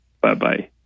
Bye-bye